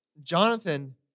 Jonathan